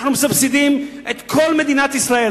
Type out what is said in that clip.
אנחנו מסבסדים את כל מדינת ישראל.